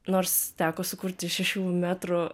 nors teko sukurti šešių metrų